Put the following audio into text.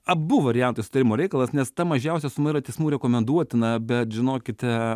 abu variantai susitarimo reikalas nes ta mažiausia suma yra teismų rekomenduotina bet žinokite